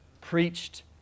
preached